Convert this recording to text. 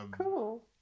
Cool